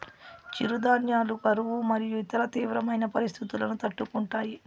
చిరుధాన్యాలు కరువు మరియు ఇతర తీవ్రమైన పరిస్తితులను తట్టుకుంటాయి